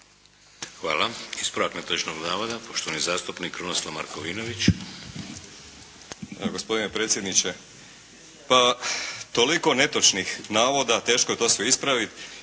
Hvala. Ispravak netočnog navoda, poštovani zastupnik Krunoslav Markovinović **Markovinović, Krunoslav (HDZ)** Gospodine predsjedniče, pa toliko netočnih navoda, teško je to sve ispraviti.